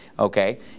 Okay